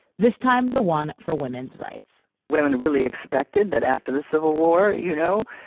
this time the one for women's rights women really expected that after the civil war, you know,